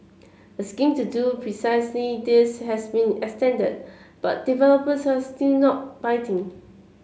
a scheme to do precisely this has been extended but developers are still not biting